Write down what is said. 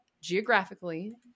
geographically